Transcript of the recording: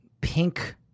pink